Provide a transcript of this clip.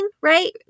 right